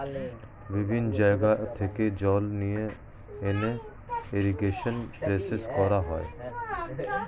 বিভিন্ন জায়গা থেকে জল নিয়ে এনে ইরিগেশন প্রসেস করা হয়